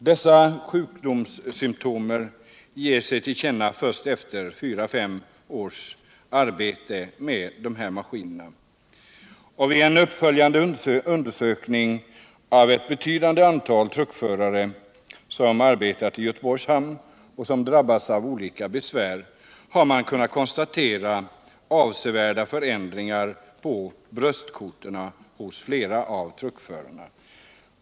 Dessa sjukdomssymtom eger sig till känna efter fyra fem års arbete vid maskinerna. Vid en uppföljande undersökning av ett betydande antal truckförare som arbetat i Göteborgs hamn och drabbats av olika besvär, har det kunnat konstateras avsevärda förändringar på bröstkotorna hos flera av truckförarna.